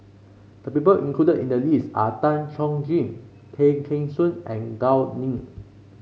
the people included in the list are Tan Chuan Jin Tay Kheng Soon and Gao Ning